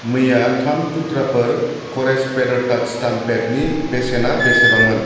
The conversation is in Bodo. मैया थाम थुख्राफोर करेस फिडार टाच स्टाम्प पेडनि बेसेना बेसेबांमोन